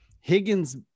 Higgins